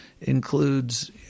includes